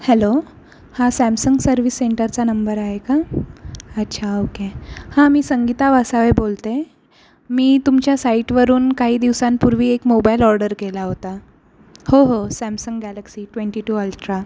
hello हां Samsung service सेंटरचा number आहे का अच्छा ओके हां मी संगीता वासावे बोलते मी तुमच्या साईटवरून काही दिवसांपूर्वी एक मोबाईल ऑर्डर केला होता हो हो Samsung Galaxy twenty two ultra